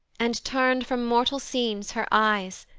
and turn'd from mortal scenes her eyes,